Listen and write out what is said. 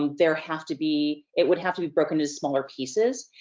um there have to be, it would have to be broken to smaller pieces.